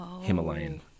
Himalayan